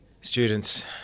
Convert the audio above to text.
students